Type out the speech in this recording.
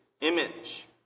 image